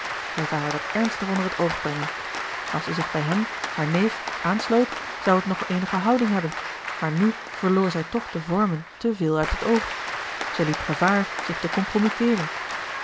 hij zou haar dat ernstig onder het oog brengen als zij zich bij hem haar neef aansloot zou het nog eenige houding hebben maar nu verloor zij toch de vormen te veel uit het oog zij liep gevaar zich te